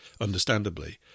understandably